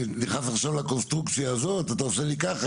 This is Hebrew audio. אני נכנס עכשיו לקונסטרוקציה הזאת .אתה עושה לי ככה?